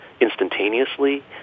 instantaneously